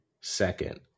second